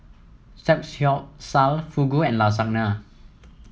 Fugu and Lasagna